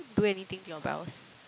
do anything to your brows